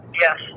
Yes